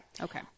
Okay